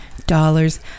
Dollars